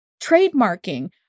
trademarking